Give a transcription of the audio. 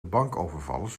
bankovervallers